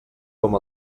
com